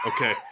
Okay